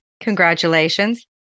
congratulations